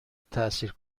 تاثیر